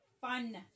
fun